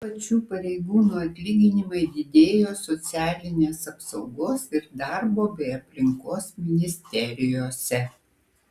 ypač šių pareigūnų atlyginimai didėjo socialinės apsaugos ir darbo bei aplinkos ministerijose